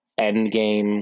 endgame